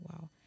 Wow